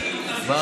הצעת חוק פרטית,